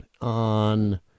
on